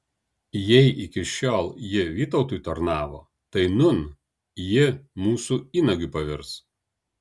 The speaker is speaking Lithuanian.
jei iki šiol ji vytautui tarnavo tai nūn ji mūsų įnagiu pavirs